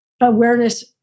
Awareness